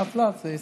לאט-לאט זה יצא.